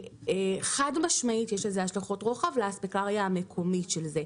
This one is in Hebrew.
חד משמעית יש לזה השלכות רוחב לאספקלריה המקומית של זה.